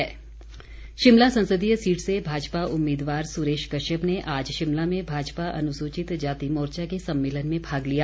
सुरेश कश्यप शिमला संसदीय सीट से भाजपा उम्मीदवार सुरेश कश्यप ने आज शिमला में भाजपा अनुसूचित जाति मोर्चा के सम्मेलन में भाग लिया